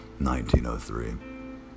1903